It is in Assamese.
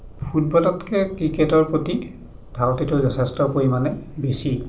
ফুটবলতকৈ ক্ৰিকেটৰ প্ৰতি ধাউতিটো যথেষ্ট পৰিমাণে বেছি